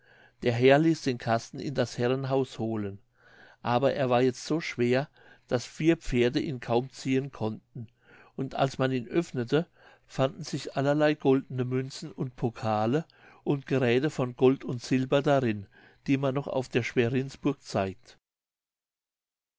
der herr ließ den kasten in das herrenhaus holen aber er war jetzt so schwer daß vier pferde ihn kaum ziehen konnten und als man ihn öffnete fanden sich allerlei goldene münzen und pokale und geräthe von gold und silber darin die man noch auf der schwerinsburg zeigt